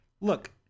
Look